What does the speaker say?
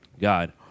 God